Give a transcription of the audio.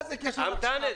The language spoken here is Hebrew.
מה זה קשור עכשיו?